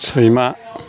सैमा